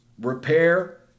repair